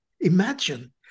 Imagine